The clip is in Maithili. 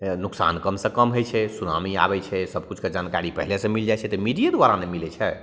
नोकसान कमसे कम होइ छै सुनामी आबै छै सबकिछुके जानकारी पहिलेसे मिलि जाइ छै तऽ मीडिए दुआरा ने मिलै छै